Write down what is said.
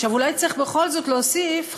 אולי צריך בכל זאת להוסיף,